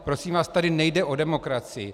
Prosím vás, tady nejde o demokracii.